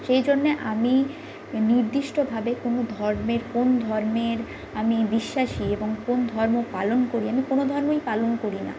সেই জন্য আমি নির্দিষ্টভাবে কোনো ধর্মের কোন ধর্মের আমি বিশ্বাসী এবং কোন ধর্ম পালন করি আমি কোনো ধর্মই পালন করি না